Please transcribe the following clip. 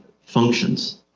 functions